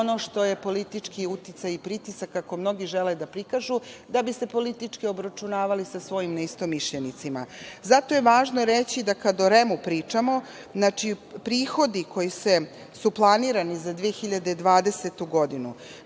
ono što je politički uticaj i pritisak, kako mnogi žele da prikažu, da bi se politički obračunavali sa svojim neistomišljenicima. Zato je važno reći da kada o REM pričamo, prihodi koji su planirani za 2020. godinu,